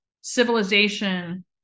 civilization